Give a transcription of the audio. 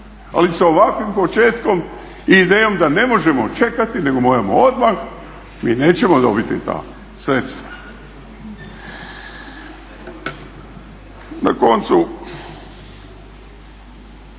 Ali sa ovakvim početkom i idejom da ne možemo čekati nego moramo odmah, mi nećemo dobiti ta sredstva. Na koncu,